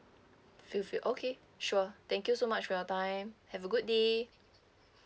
feel free okay sure thank you so much for your time have a good day